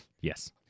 yes